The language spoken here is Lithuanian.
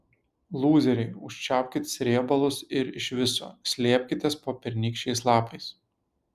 lūzeriai užčiaupkit srėbalus ir iš viso slėpkitės po pernykščiais lapais